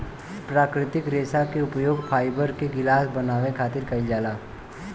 प्राकृतिक रेशा के उपयोग फाइबर के गिलास बनावे खातिर कईल जाला